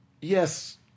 Yes